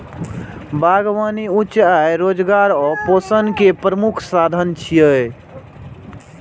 बागबानी उच्च आय, रोजगार आ पोषण के प्रमुख साधन छियै